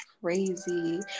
crazy